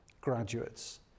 graduates